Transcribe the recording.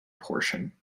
portion